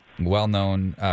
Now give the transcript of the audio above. well-known